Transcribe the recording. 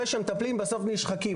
הרי שהמטפלים בסוף נשחקים.